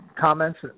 comments